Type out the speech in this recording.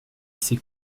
s’est